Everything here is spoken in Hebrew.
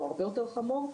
או הרבה יותר חמור.